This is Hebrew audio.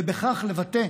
ובכך לבטא,